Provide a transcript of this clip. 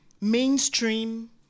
mainstream